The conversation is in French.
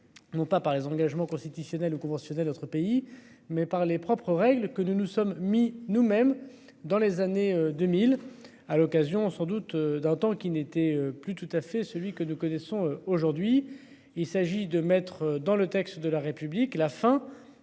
Non pas par les engagements constitutionnels ou conventionnels, autres pays mais par les propres règles que nous nous sommes mis nous-mêmes dans les années 2000 à l'occasion sans doute d'un temps qui n'était plus tout à fait celui que nous connaissons aujourd'hui. Il s'agit de mettre dans le texte de la République la fin.